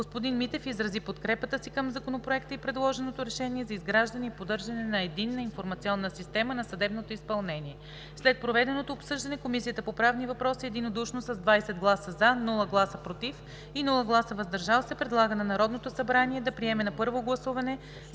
Господин Митев изрази подкрепата си към Законопроекта и предложеното решение за изграждане и поддържане на единна Информационна система на съдебното изпълнение. След проведеното обсъждане Комисията по правни въпроси единодушно с 20 гласа „за“, без „против“ и „въздържал се“ предлага на Народното събрание да приеме на първо гласуване